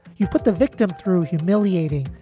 you've put the victim through humiliating,